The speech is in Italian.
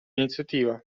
iniziativa